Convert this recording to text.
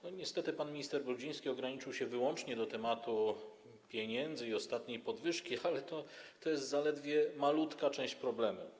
Niestety pan minister Brudziński ograniczył się wyłącznie do tematu pieniędzy i ostatniej podwyżki, ale to jest zaledwie malutka część problemu.